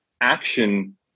action